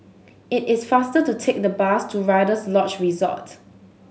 it is faster to take the bus to Rider's Lodge Resort